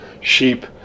sheep